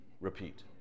repeat